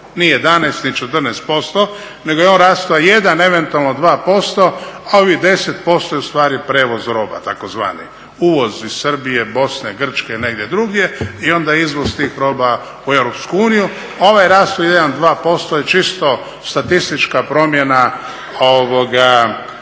ni 11 ni 14%, nego je on rastao 1, eventualno 2% a ovih 10% je ustvari prijevoz roba tzv., uvoz iz Srbije, Bosne, Grčke negdje drugdje. I onda izvoz tih roba u EU. Ovaj rast od 1, 2% je čisto statistička promjena računanja